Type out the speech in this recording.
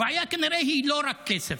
הבעיה היא כנראה לא רק כסף.